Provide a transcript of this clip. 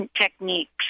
techniques